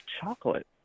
chocolate